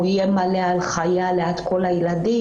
הוא איים על חייה ליד כל הילדים.